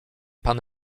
pan